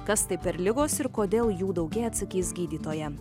kas tai per ligos ir kodėl jų daugėja atsakys gydytoja